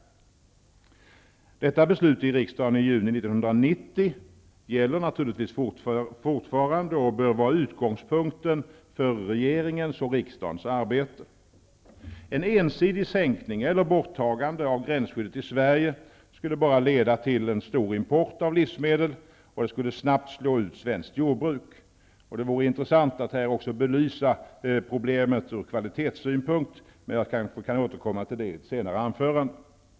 Detta beslut i riksdagen i juni 1990 gäller naturligtvis fortfarande och bör vara utgångspunkten för regeringens och riksdagens arbete. En ensidig sänkning eller ett borttagande av gränsskyddet i Sverige skulle bara leda till en stor import av livsmedel och skulle snabbt slå ut svenskt jordbruk. Det vore intressant att här också belysa problemet ur kvalitetssynpunkt, men jag kan kanske återkomma till det i ett senare anförande.